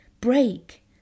Break